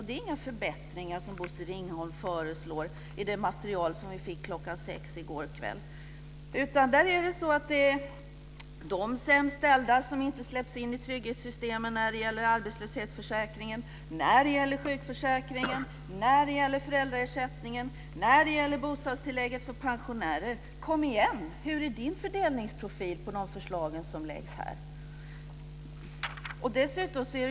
Det är inga förbättringar som Bosse Ringholm föreslår i det material som vi fick kl. 6 i går kväll. Det är de sämst ställda som inte släpps in i trygghetssystemen när det gäller arbetslöshetsförsäkringen, när det gäller sjukförsäkringen, när det gäller föräldraersättningen och när det gäller bostadstillägget för pensionärer. Kom igen! Hur är fördelningsprofilen för de förslag som läggs fram här?